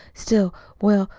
still, well,